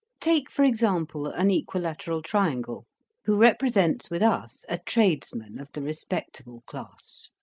take for example an equilateral triangle who represents with us a tradesman of the respectable class.